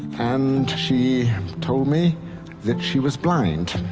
and she told me that she was blind,